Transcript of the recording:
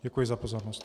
Děkuji za pozornost.